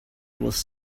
was